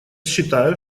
считаю